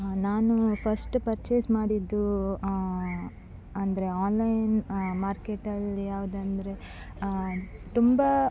ನಾನು first purchase ಮಾಡಿದ್ದು ಅಂದರೆ ಆನ್ಲೈನ್ ಮಾರ್ಕೆಟಲ್ಲಿ ಯಾವುದೆಂದ್ರೆ ತುಂಬ